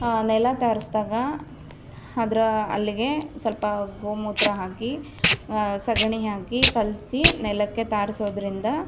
ನೆಲ ಸಾರ್ಸ್ದಗಾ ಅದ್ರ ಅಲ್ಲಿಗೆ ಸ್ವಲ್ಪ ಗೋಮೂತ್ರ ಹಾಕಿ ಸಗಣಿ ಹಾಕಿ ಕಲಸಿ ನೆಲಕ್ಕೆ ಸಾರಿಸೋದ್ರಿಂದ